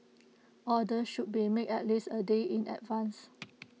orders should be made at least A day in advance